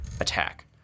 attack